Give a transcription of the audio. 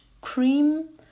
cream